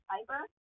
Piper